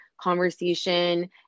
conversation